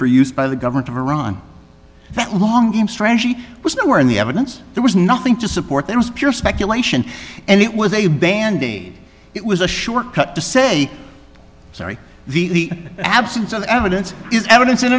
for use by the government of iran that long term strategy was nowhere in the evidence there was nothing to support that was pure speculation and it was a band aid it was a short cut to say sorry the absence of evidence is evidence in